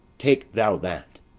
take thou that.